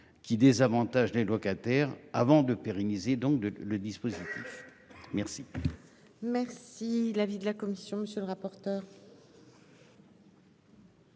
qui désavantage les locataires avant de pérenniser donc de le dispositif. Merci. Merci. L'avis de la commission. Monsieur le rapporteur.